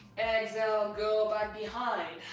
so go back behind.